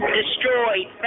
destroyed